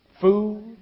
Food